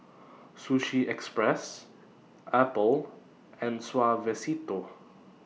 Sushi Express Apple and Suavecito